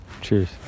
Cheers